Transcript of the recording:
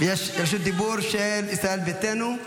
יש רשות דיבור של ישראל ביתנו,